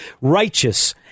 righteous